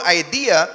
idea